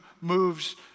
moves